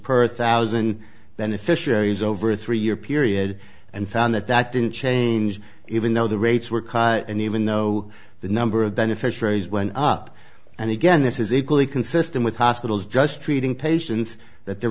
per thousand beneficiaries over a three year period and found that that didn't change even though the rates were and even though the number of beneficiaries went up and again this is equally consistent with hospitals just treating patients that they